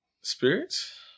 Spirits